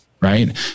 right